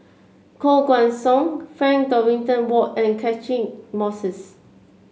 Koh Guan Song Frank Dorrington Ward and Catchick Moses